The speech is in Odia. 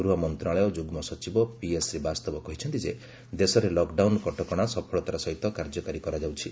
ଗୃହ ମନ୍ତ୍ରଣାଳୟ ଯୁଗ୍ମ ସଚିବ ପିଏସ୍ ଶ୍ରୀବାସ୍ତବ କହିଛନ୍ତି ଯେ ଦେଶରେ ଲକ୍ଡାଉନ କଟକଣା ସଫଳତାର ସହିତ କାର୍ଯ୍ୟକାରୀ କରାଯାଉଛି